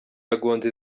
yagonze